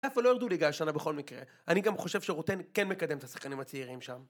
חיפה לא ירדו ליגה השנה בכל מקרה, אני גם חושב שרוטן כן מקדם את השחקנים הצעירים שם.